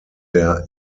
der